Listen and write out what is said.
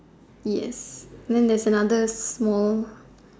yes then there's another small